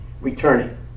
returning